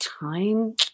time